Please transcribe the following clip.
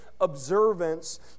observance